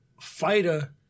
fighter